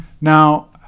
Now